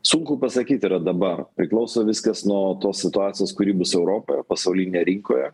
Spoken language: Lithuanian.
sunku pasakyt yra dabar priklauso viskas nuo tos situacijos kuri bus europoje pasaulinėje rinkoje